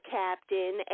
captain